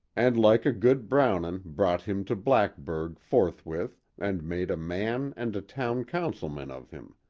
and like a good brownon brought him to blackburg forthwith and made a man and a town councilman of him.